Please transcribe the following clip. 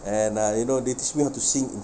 and uh you know they teach me how to sing in